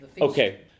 Okay